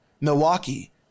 Milwaukee